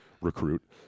recruit